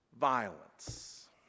violence